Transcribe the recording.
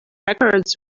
records